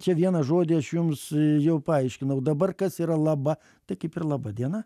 čia vieną žodį aš jums jau paaiškinau dabar kas yra laba tai kaip ir laba diena